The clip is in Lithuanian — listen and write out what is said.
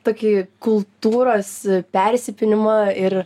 tokį kultūros persipynimą ir